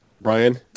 Brian